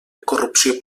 corrupció